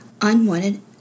unwanted